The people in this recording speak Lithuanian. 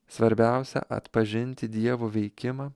svarbiausia atpažinti dievo veikimą